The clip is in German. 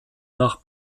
nach